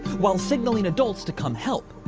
while signaling adults to come help.